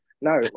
No